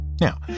Now